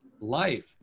life